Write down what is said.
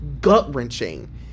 gut-wrenching